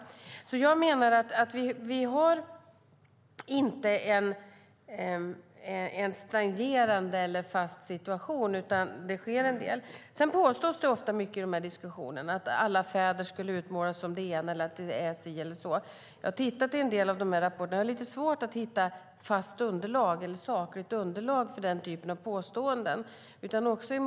Jag menar att vi inte har en stagnerande eller fast situation, utan det sker en del. Sedan påstås det ofta i de här diskussionerna att alla fäder skulle utmålas som det ena eller det andra eller att det är si eller så. Jag har tittat i en del av rapporterna och har lite svårt att hitta ett sakligt underlag för den typen av påståenden.